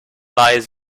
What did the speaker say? lies